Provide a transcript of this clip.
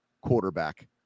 quarterback